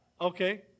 Okay